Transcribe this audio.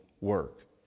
work